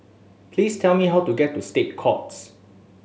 please tell me how to get to State Courts